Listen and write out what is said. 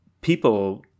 people